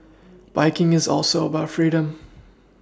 biking is also about freedom